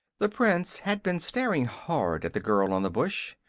the prince had been staring hard at the girl on the bush.